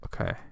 Okay